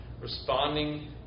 responding